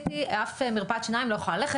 אף מרפאת שיניים לא יכולה ללכת,